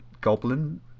goblin